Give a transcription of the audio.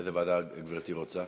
איזו ועדה גברתי רוצה?